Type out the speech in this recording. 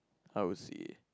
how to say